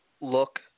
look